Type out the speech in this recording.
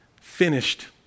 finished